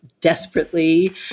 desperately